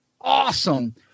awesome